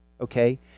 okay